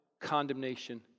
condemnation